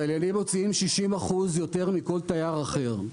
צליינים מוציאים 60% יותר מכל תייר אחר.